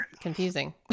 confusing